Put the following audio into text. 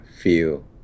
feel